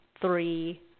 three